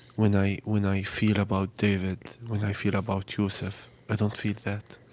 when i when i feel about david, when i feel about yusef. i don't feel that.